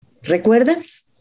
Recuerdas